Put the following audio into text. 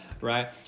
right